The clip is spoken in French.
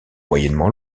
moyennement